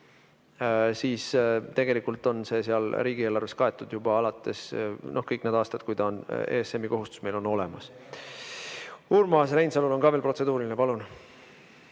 siis tegelikult on see seal riigieelarves kaetud juba kõik need aastad, kui ESM‑i kohustus meil on olemas. Urmas Reinsalul on ka protseduuriline. Palun!